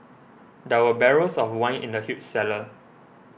there were barrels of wine in the huge cellar